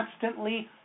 constantly